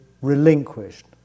relinquished